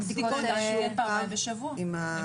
אבל